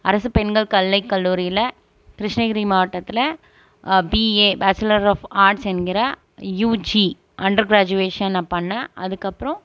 அரசு பெண்கள் கலை கல்லூரியில் கிருஷ்ணகிரி மாவட்டத்தில் பிஏ பேச்சிலர் ஆஃப் ஆட்ஸ் என்கிற யூஜி அண்டர் கிராஜுவேஷன் நான் பண்ணிணேன் அதுக்கப்புறோம்